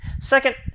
Second